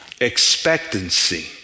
expectancy